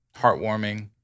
heartwarming